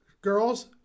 girls